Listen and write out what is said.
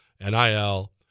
NIL